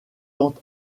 tente